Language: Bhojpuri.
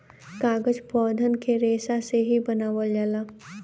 कागज पौधन के रेसा से ही बनावल जाला